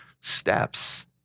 steps